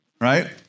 Right